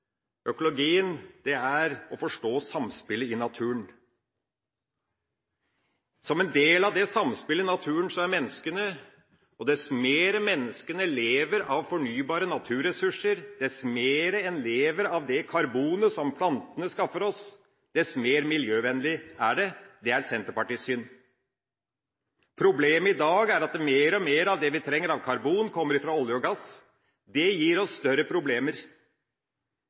samspillet i naturen er menneskene, og dess mer menneskene lever av fornybare naturressurser, dess mer en lever av det karbonet som plantene skaffer oss, dess mer miljøvennlig er det. Det er Senterpartiets syn. Problemet i dag er at mer og mer av det vi trenger av karbon, kommer fra olje og gass. Det gir oss større problemer.